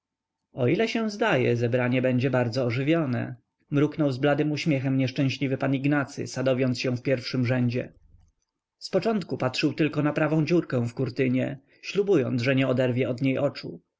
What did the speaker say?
o ile się zdaje zebranie będzie bardzo ożywione mruknął z bladym uśmiechem nieszczęśliwy pan ignacy sadowiąc się w pierwszym rzędzie z początku patrzył tylko na prawą dziurkę w kurtynie ślubując że nie oderwie od niej oczu